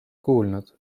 kuulnud